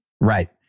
Right